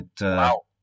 Wow